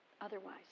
otherwise